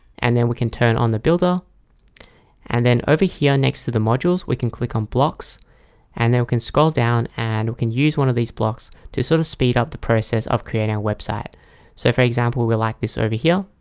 and then we can turn on the builder and then over here next to the modules we can click on blocks and then we can scroll down and we can use one of these blocks to sort of speed up the process of creating our website so, for example, we like this over here.